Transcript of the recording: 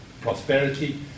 prosperity